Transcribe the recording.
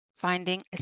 finding